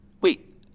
Wait